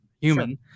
human